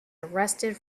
arrested